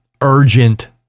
urgent